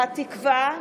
"התקווה",